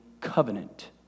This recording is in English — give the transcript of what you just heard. covenant